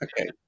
Okay